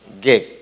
give